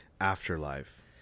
Afterlife